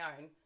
own